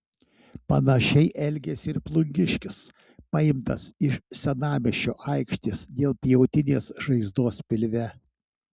panašiai elgėsi ir plungiškis paimtas iš senamiesčio aikštės dėl pjautinės žaizdos pilve